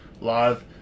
live